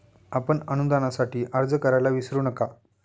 आपण अनुदानासाठी अर्ज करायला विसरू नका